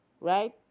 right